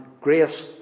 grace